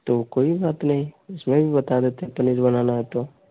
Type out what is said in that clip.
तो कोई बात नहीं उसमें भी बता देते हैं पनीर बनाना हो तो